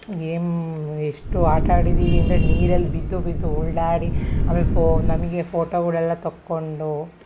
game ಎಷ್ಟು ಆಟ ಆಡಿದ್ದೀವಿ ಅಂದರೆ ನೀರಲ್ಲಿ ಬಿದ್ದು ಬಿದ್ದು ಉರುಳಾಡಿ ಆಮೇಲೆ ಫೋ ನಮಗೆ ಫೋಟೋಗಳೆಲ್ಲ ತಕ್ಕೊಂಡು